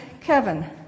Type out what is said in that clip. Kevin